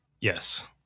Yes